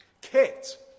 Kit